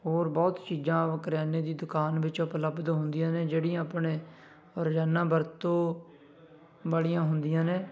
ਹੋਰ ਬਹੁਤ ਚੀਜ਼ਾਂ ਕਰਿਆਨੇ ਦੀ ਦੁਕਾਨ ਵਿੱਚ ਉਪਲਬਧ ਹੁੰਦੀਆਂ ਨੇ ਜਿਹੜੀਆਂ ਆਪਣੇ ਰੋਜ਼ਾਨਾ ਵਰਤੋਂ ਵਾਲੀਆਂ ਹੁੰਦੀਆਂ ਨੇ